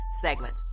segment